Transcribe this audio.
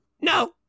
No